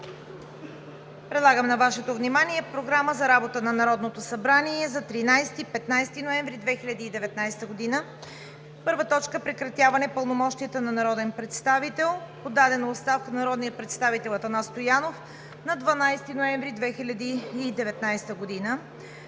предлагам на Вашето внимание Програма за работата на Народното събрание за 13 – 15 ноември 2019 г.: „1. Прекратяване пълномощията на народен представител – подадена оставка от народния представител Атанас Стоянов, 12 ноември 2019 г.